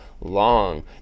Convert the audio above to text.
long